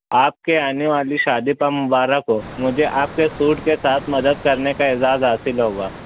آپ کے آنے والی شادی پر مبارک ہو مجھے آپ کے سوٹ کے ساتھ مدد کرنے کا اعزاز حاصل ہوا